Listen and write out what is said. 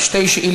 חבר